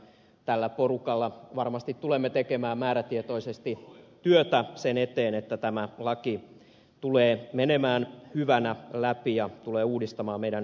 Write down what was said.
tällä porukalla varmasti tulemme tekemään määrätietoisesti työtä sen eteen että tämä laki tulee menemään hyvänä läpi ja tulee uudistamaan meidän yliopistolaitostamme